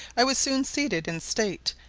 i was soon seated in state,